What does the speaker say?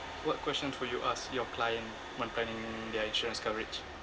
what questions would you ask your client when planning their insurance coverage